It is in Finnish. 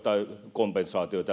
kompensaatioita